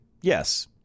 Yes